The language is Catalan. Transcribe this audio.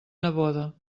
neboda